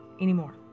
anymore